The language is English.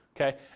Okay